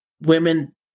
women